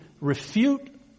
refute